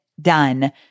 done